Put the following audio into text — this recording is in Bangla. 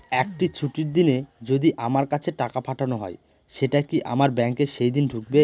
একটি ছুটির দিনে যদি আমার কাছে টাকা পাঠানো হয় সেটা কি আমার ব্যাংকে সেইদিন ঢুকবে?